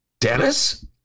Dennis